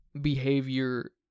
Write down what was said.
behavior